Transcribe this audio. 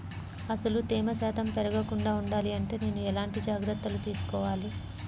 అసలు తేమ శాతం పెరగకుండా వుండాలి అంటే నేను ఎలాంటి జాగ్రత్తలు తీసుకోవాలి?